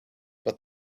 but